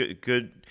good –